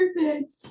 perfect